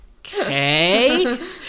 okay